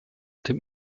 dem